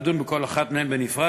ולדון בכל אחת מהן בנפרד.